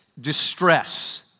distress